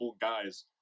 guys